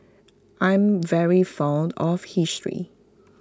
I'm very fond of history